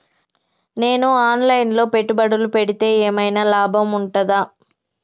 నేను online లో పెట్టుబడులు పెడితే ఏమైనా లాభం ఉంటదా?